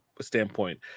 Standpoint